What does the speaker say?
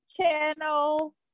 channel